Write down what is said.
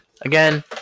again